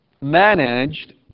managed